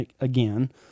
again